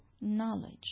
knowledge